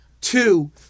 two